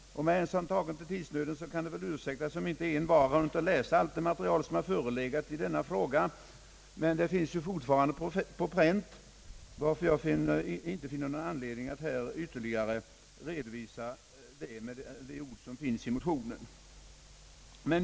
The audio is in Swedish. Med hänsyn tagen till tidsnöden kan det väl ursäktas, om inte envar har hunnit läsa allt det material som föreligger i denna fråga, men det finns fortfarande på pränt varför jag inte finner någon anledning att här ytterligare redovisa detta med de ord som finns i motionen.